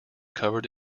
covered